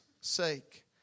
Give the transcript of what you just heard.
sake